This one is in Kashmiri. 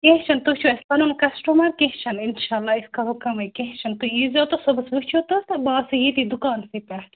کیٚنہہ چھُنہٕ تُہۍ چھِو اَسہِ پَنُن کَسٹَمَر کیٚنہہ چھُنہٕ اِنشاءاللہ أسۍ کَرَو کَمٕے کیٚنہہ چھُنہٕ تُہۍ اِیٖزیو تہٕ صُبحس وٕچھو تہٕ بہٕ آسَو ییٚتی دُکانسٕے پٮ۪ٹھ